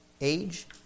age